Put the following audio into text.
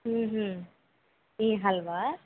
మీ halwa